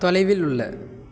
தொலைவில் உள்ள